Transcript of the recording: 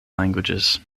languages